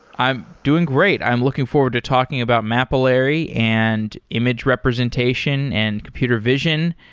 i'm doing great. i'm looking forward to talking about mapillary and image representation and computer vision.